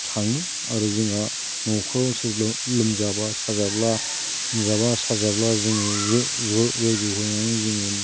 थाङो आरो जोंहा न'खराव लोमजाबा साजाब्ला जोङो ज' ज' लोगो हमनानै जोङो